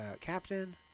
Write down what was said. Captain